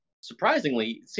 surprisingly